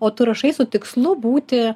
o tu rašai su tikslu būti